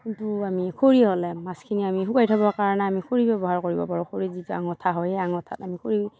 কিন্তু আমি খৰি হ'লে মাছখিনি আমি শুকুৱাই থ'বৰ কাৰণে আমি খৰি ব্যৱহাৰ কৰিব পাৰোঁ খৰি যেতিয়া অঙঠা হয় অঙঠা আমি খৰিৰ